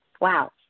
Wow